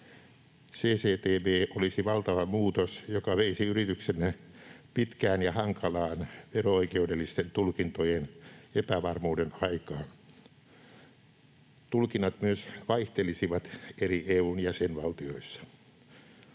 CCTB olisi valtava muutos, joka veisi yrityksemme pitkään ja hankalaan vero-oikeudellisten tulkintojen epävarmuuden aikaan. Tulkinnat myös vaihtelisivat EU:n eri jäsenvaltioissa.